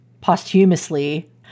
posthumously